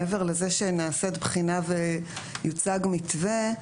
מעבר לזה שנעשית בחינה ויוצג מתווה,